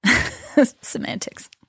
Semantics